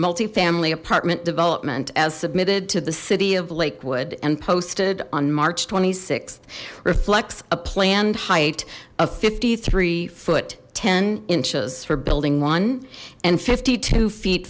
multifamily apartment development as submitted to the city of lakewood and posted on march th reflects a planned height of fifty three foot ten inches for building one and fifty two feet